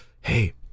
hey